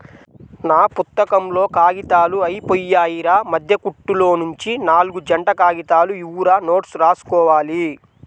నా పుత్తకంలో కాగితాలు అయ్యిపొయ్యాయిరా, మద్దె కుట్టులోనుంచి నాల్గు జంట కాగితాలు ఇవ్వురా నోట్సు రాసుకోవాలి